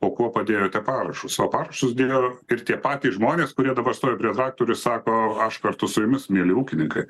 o kuo padėjote parašus o parašus dėjo tie patys žmonės kurie dabar stovi prie traktorių ir sako kartu su jumis mieli ūkininkai